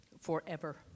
forever